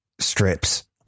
strips